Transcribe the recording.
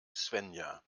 svenja